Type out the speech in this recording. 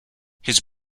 his